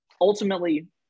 ultimately